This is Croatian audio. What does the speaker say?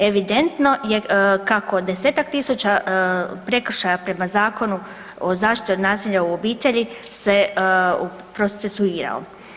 Evidentno je kako desetak tisuća prekršaja prema Zakonu o zaštiti od nasilja u obitelji se procesuirao.